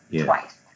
twice